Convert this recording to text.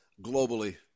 globally